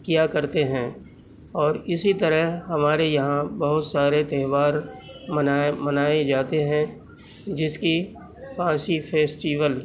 کیا کرتے ہیں اور اسی طرح ہمارے یہاں بہت سارے تہوار منائے منائے جاتے ہیں جیسے کہ فارسی فیسٹول